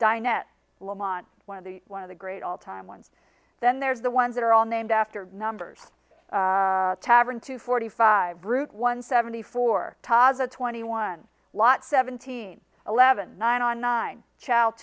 lamont one of the one of the great all time ones then there's the ones that are all named after numbers tavern two forty five route one seventy four tas a twenty one lat seventeen eleven nine nine child